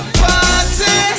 party